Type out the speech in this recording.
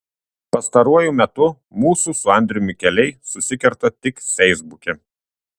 pastaruoju metu mūsų su andriumi keliai susikerta tik feisbuke